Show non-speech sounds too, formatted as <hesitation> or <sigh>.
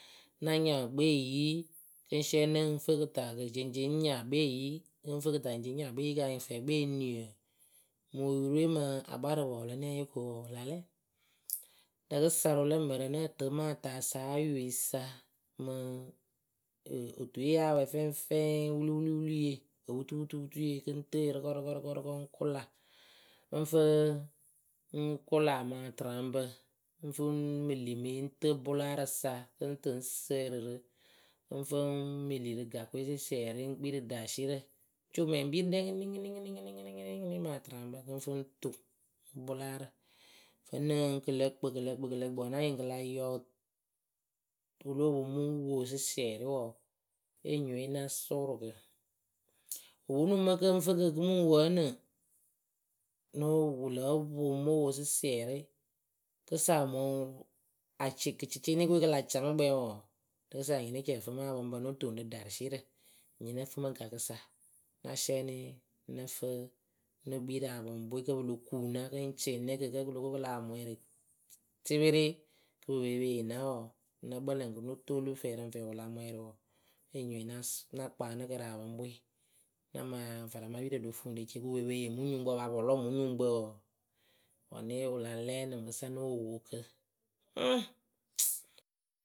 na nyaa ŋwɨ kpeeyi kɨ ŋ́ siɛni ŋ́ fɨ kɨtakɨceŋceŋ ŋ nyaa kpeeyi kɨ ŋ́ fɨ kɨtakɨceŋceŋ ŋ́ nyaa kpeeyi kɨ anyɩŋ fɛɛkpeeniǝ mɨ yurǝ we mɨ akparɨpɔɔlʊnɛŋye ko wǝǝ wɨ la lɛ rɨkɨsa rɨ wɨlǝ mǝrǝ nǝh tɨɨ mɨ ataasa ayoyǝ sa mɨ otuiye yáa wɛɛ fɛŋfɛŋ wiliwiliwiliye oputuputuye kɨ ŋ́ tɨ yɨ rɩkɔrɩkɔ ŋ́ kʊla ŋ́ fɨɨ ŋ́ kʊla mɨ atɨraŋpǝ ŋ́ fɨ mili mɨ yɨ ŋ́ tɨɨ bʊlaarǝ sa kɨ ŋ́ tɨ ŋ́ sǝǝrɨ rɨ ŋ́ fɨ ŋ́ mili rɨ gakǝ we sɩsiɛrɩ ŋ kpii rɨ darǝsierǝ co mɛŋpirǝ rɛ ŋɩnɩŋɩnɩŋɩnɩŋɩnɩ mɨ atɨraŋpǝ kɨ ŋ́ fɨ ŋ́ toŋ mɨ bʊlaarǝ vǝ́nɨŋ kɨ lǝ kpɨ kɨ lǝ kpɨ kɨ lǝ kpɨ wǝ́ na nyɩŋ kɨ la yɔɔ wɨ lóo poŋ mɨ ŋ́ wo siɩsiɛrɩ wǝǝ eniyǝ we na sʊʊrʊ kɨ wɨ ponu mɨ mɨ kɨ ŋ́ fɨ kɨ kɨ mɨ ŋ wo ǝnɨ nóo wɨ lóo poŋ mɨ wo sɩsiɛrɩ kɨsa mɨ acɩkɨcɩcɩɩnɩkǝ we kɨ la ca mɨ kpɛɛ wǝǝ rɨkɨsa eniye ne ci ǝfɨ mɨ apɔŋpǝ no toŋ rɨ rɨ ɖarǝsierǝ eniye nǝ fɨ mɨ gakǝ sa na sɩɛnɩ nǝ fɨɨ ne kpii rɨ apɔŋpǝ we kǝ́ pɨ lo kuuna kɨ ŋ cɩɩnɩ kɨ kǝ́ kɨ lo ko kɨ lah mwɛrɩ tɩpɩrɩ kɨ wɨ pee pe yeena wǝǝ nǝ kpǝlǝŋ kɨ no toolu fɛɛ rɨŋ fɛɛ wɨ la ùmwɛɛrɩ wǝǝ eniye na sʊ na kpaanɨ kɨ rɨ apɔŋpǝ we na maa varamapirǝ ɖo fuu ɖe tie kɨ wɨ pee pe ye mɨ nyuŋkpǝ wɨ paa pa pɔlɔŋ mɨ nyuŋkpǝ wǝǝ wǝ́ ne yee wɨ la lɛ ǝnɨ mɨŋkɨsa noh wo kɨ. <hesitation>